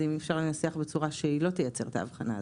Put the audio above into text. אז האם אפשר לנסח אותו בצורה שהוא לא ייצר את ההבחנה הזאת?